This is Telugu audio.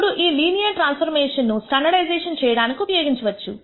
ఇప్పుడు ఈ లీనియర్ ట్రాన్స్ఫర్మేషన్ ను స్టాండర్డైజేషన్ చేయడానికి ఉపయోగించవచ్చు